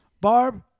Barb